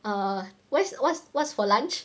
err what's what's what's for lunch